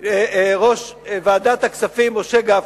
יושב-ראש ועדת הכספים משה גפני,